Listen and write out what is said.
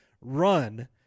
Run